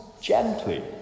gently